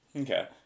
Okay